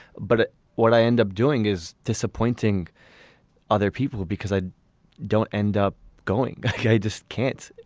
but what i end up doing is disappointing other people because i don't end up going. yeah i just can't.